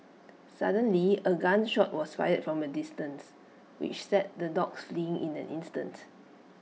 suddenly A gun shot was fired from A distance which set the dogs fleeing in an instant